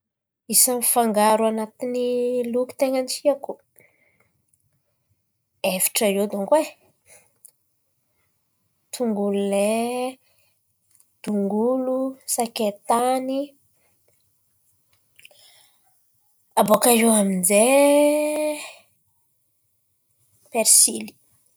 Isan'ny fangaro an̈atin'ny loky ten̈a ny tiako, efatra eo dônko e. Tongolo lay, dongolo, sakay tany abôkà eo amin'zay persily.